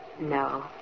No